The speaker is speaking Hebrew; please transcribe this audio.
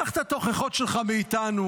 קח את התוכחות שלך מאיתנו.